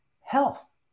health